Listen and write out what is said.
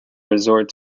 resort